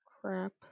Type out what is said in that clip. crap